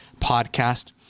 podcast